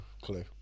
clue